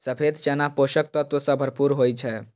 सफेद चना पोषक तत्व सं भरपूर होइ छै